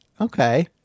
okay